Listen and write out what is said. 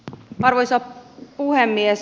arvoisa puhemies